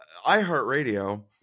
iHeartRadio